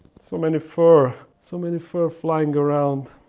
so many fur so many fur flying around